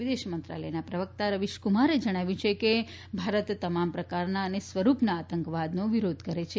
વિદેશ મંત્રાલયના પ્રવક્તા રવિશકુમારે જણાવ્યું છે કે ભારત તમામ પ્રકારના અને સ્વરૂપના આતંકવાદનો વિરોધ કરે છે